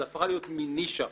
זו הפכה להיות מן נישה.